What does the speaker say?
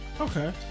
Okay